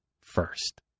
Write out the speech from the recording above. first